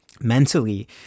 mentally